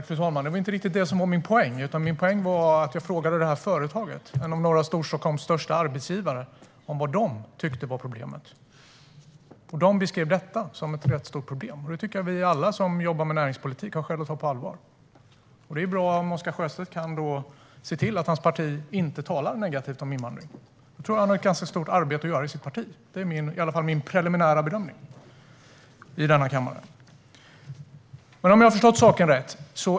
Fru talman! Det var inte riktigt det som var min poäng, utan min poäng var att jag frågade ett företag - en av norra Storstockholms största arbetsgivare - vad de tycker är problemet. De beskrev ett rätt stort problem, och det tycker jag att alla vi som jobbar med näringspolitik har skäl att ta på allvar. Det vore bra om Oscar Sjöstedt kunde se till att hans parti inte talar negativt om invandring. Där tror jag han har ett ganska stort arbete att göra i sitt parti. Det är i alla fall min preliminära bedömning här i denna kammare. Har jag förstått saken rätt?